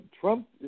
Trump